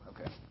Okay